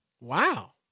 Wow